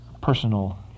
personal